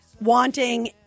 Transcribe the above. wanting